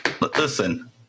listen